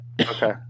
Okay